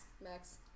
Max